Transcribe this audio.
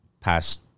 past